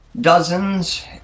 Dozens